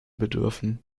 bedürfen